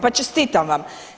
Pa čestitam vam.